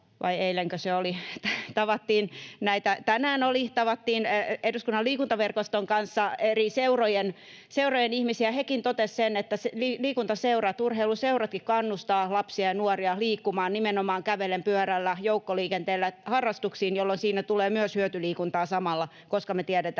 tänään se oli — Eduskunnan liikuntaverkoston kanssa eri seurojen ihmisiä. Hekin totesivat sen, että liikuntaseurat, urheiluseuratkin kannustavat lapsia ja nuoria liikkumaan nimenomaan kävellen, pyörällä, joukkoliikenteellä harrastuksiin, jolloin siinä tulee myös hyötyliikuntaa samalla, koska me tiedetään,